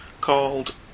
called